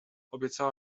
obiecała